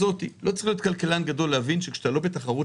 לא צריך להיות כלכלן גדול כדי להבין שאם אתה לא בתחרות